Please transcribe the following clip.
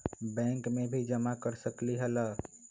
Bank में भी जमा कर सकलीहल?